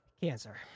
cancer